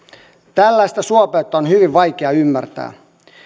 tällaista suopeutta on hyvin vaikea ymmärtää